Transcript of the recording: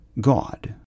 God